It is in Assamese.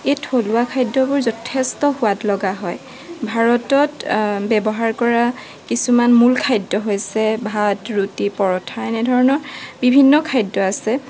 এই থলুৱা খাদ্যবোৰ যথেষ্ট সোৱাদ লগা হয় ভাৰতত ব্যৱহাৰ কৰা কিছুমান মূল খাদ্য হৈছে ভাত ৰুটি পৰঠা এনেধৰণৰ বিভিন্ন খাদ্য আছে